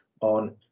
on